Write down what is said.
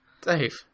Dave